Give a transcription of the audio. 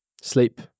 sleep